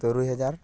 ᱛᱩᱨᱩᱭ ᱦᱟᱡᱟᱨ